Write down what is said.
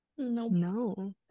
no